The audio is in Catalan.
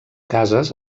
cases